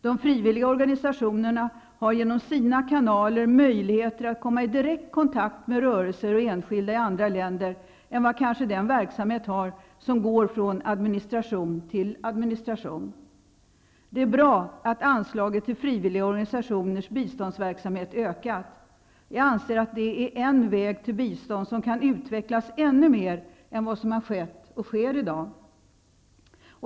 De frivilliga organisationerna har genom sina kanaler bättre möjligheter att komma i direkt kontakt med rörelser och enskilda i andra länder än vad kanske den verksamhet har som går från administration till administration. Det är bra att anslaget till frivilliga organisationers biståndsverksamhet ökat. Jag anser att det är en väg till bistånd som kan utvecklas ännu mer än vad som har skett och sker i dag.